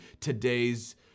today's